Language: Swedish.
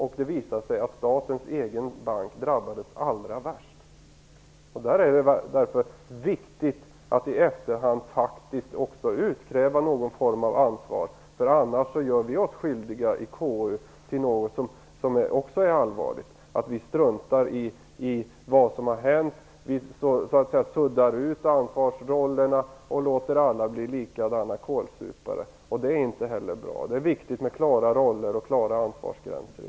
Det visade sig att statens egen bank drabbades allra värst. Därför är det viktigt att i efterhand också utkräva någon form av ansvar. Annars gör vi i konstitutionsutskottet oss skyldiga till något som också är allvarligt. Vi struntar i det som har hänt, suddar ut ansvarsrollerna och låter alla bli lika goda kålsupare. Det är inte heller bra. Det är viktigt med klara roller och klara ansvarsgränser.